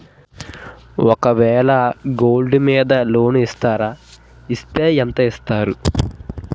ఒక వేల గోల్డ్ మీద లోన్ ఇస్తారా? ఇస్తే ఎంత ఇస్తారు?